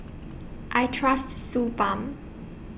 I Trust Suu Balm